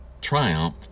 triumph